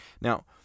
Now